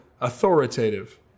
authoritative